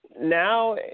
Now